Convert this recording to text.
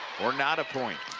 or not a point.